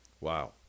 Wow